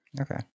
Okay